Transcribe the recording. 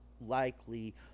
likely